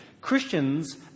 Christians